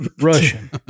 Russian